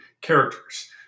characters